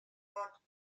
pente